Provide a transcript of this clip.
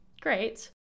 great